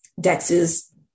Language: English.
Dex's